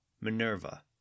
Minerva